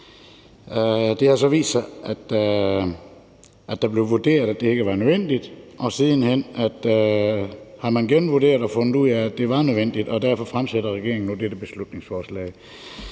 Det har så vist sig, at der blev vurderet, at det ikke var nødvendigt, og siden hen har man genvurderet og fundet ud af, at det var nødvendigt. Derfor fremsætter regeringen nu dette beslutningsforslag.